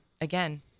again